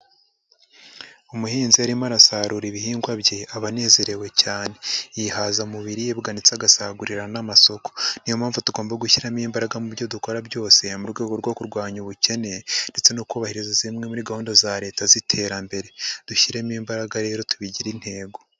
Umuhinzi iyo arimo arasarura ibihingwa bye aba anezerewe cyane, yihaza mu biribwa ndetse agasagurira n'amasoko, niyo mpamvu tugomba gushyiramo imbaraga mu byo dukora byose mu rwego rwo kurwanya ubukene ndetse no kubahiriza zimwe muri gahunda za Leta z'iterambere, dushyiremo imbaraga rero tubigire intego.